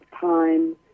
time